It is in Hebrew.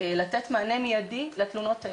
לתת מענה מיידי לתלונות האלה.